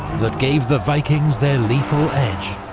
that gave the vikings their lethal edge?